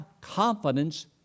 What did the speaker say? confidence